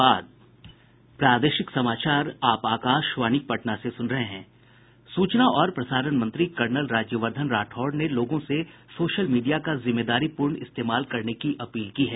सूचना और प्रसारण मंत्री कर्नल राज्यवर्धन राठौड़ ने लोगों से सोशल मीडिया का जिम्मेदारी पूर्ण इस्तेमाल करने की अपील की है